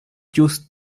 ĵus